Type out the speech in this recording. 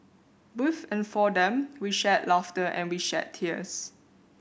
with and for them we shared laughter and we shed tears